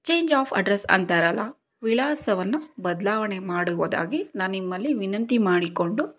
change of address ಅಂತಾರಲ್ಲ ವಿಳಾಸವನ್ನು ಬದಲಾವಣೆ ಮಾಡೋದಾಗಿ ನಾನು ನಿಮ್ಮಲ್ಲಿ ವಿನಂತಿ ಮಾಡಿಕೊಂಡು